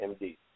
MD